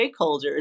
stakeholders